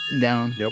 Down